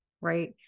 right